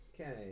Okay